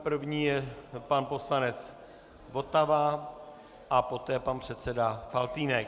První je pan poslanec Votava a poté pan předseda Faltýnek.